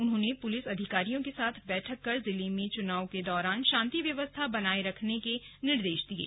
उन्होंने पुलिस अधिकारियों के साथ बैठक कर जिले में चुनाव के दौरान शांति व्यवस्था बनाए रखने के निर्देश दिये